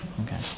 Okay